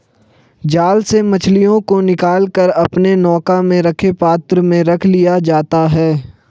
जाल से मछलियों को निकाल कर अपने नौका में रखे पात्र में रख लिया जाता है